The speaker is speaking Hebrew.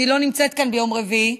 אני לא נמצאת כאן ביום רביעי,